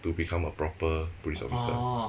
to become a proper police officer